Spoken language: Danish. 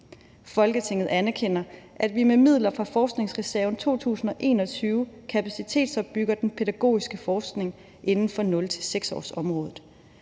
Folketinget erkender, at vi med midler fra forskningsreserven 2021 kapacitetsopbygger den pædagogiske forskning inden for 0-6-års-området.